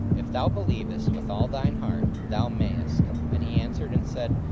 if thou believest with all thine heart, thou mayest. and he answered and said,